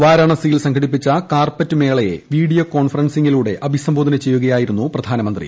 വാരാണസിയിൽ സംഘടിപ്പിച്ച കാർപ്പറ്റ് മേളയെ വീഡിയോ കോൺഫറൻസിംഗിലൂടെ അഭിസംബോധന ചെയ്യുകയായിരുന്നു പ്രധാനമന്ത്രി